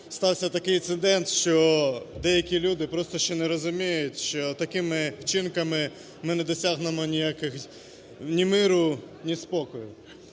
стався такий інцидент, що деякі люди просто ще не розуміють, що такими вчинками ми не досягнемо ніяких ні миру, ні спокою.